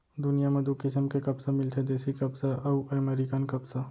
दुनियां म दू किसम के कपसा मिलथे देसी कपसा अउ अमेरिकन कपसा